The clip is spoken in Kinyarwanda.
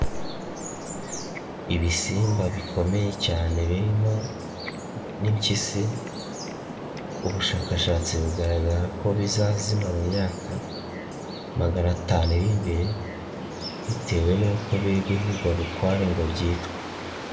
Ibisimba bikomeye cyane birimo n'impyisi ubushakashatsi bugaragara ko bizazima mu myaka magana tanu iri imbere bitewe nuko biri guhigwa bukware ngo byicwe.